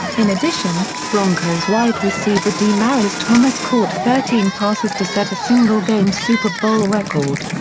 in addition, broncos wide receiver demaryius thomas caught thirteen passes to set a single-game super bowl record.